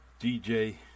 DJ